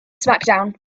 smackdown